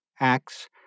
acts